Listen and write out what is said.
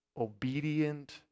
obedient